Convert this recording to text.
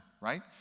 right